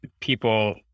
people